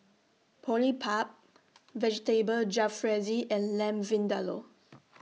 Boribap Vegetable Jalfrezi and Lamb Vindaloo